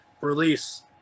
release